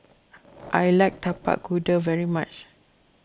I like Tapak Kuda very much